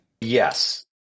Yes